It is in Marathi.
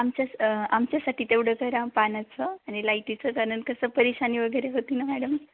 आमच्या स आमच्यासाठी तेवढं करा आ पाण्याचं आणि लाईटीचं कारण कसं परेशानी वगैरे होती ना मॅडम